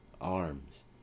Arms